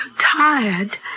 tired